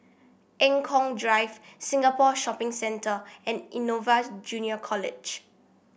Eng Kong Drive Singapore Shopping Centre and Innova Junior College